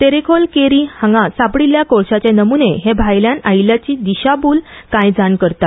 तेरेखोल केरी हांगा सापडिल्या कोळशाचे नमूने हे भायल्यान आयिल्ल्याची दिशाभूल काय जाण करतात